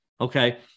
Okay